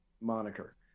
moniker